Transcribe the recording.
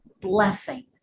blessing